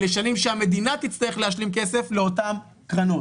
אלה שנים שהמדינה תצטרך להשלים כסף לאותן קרנות.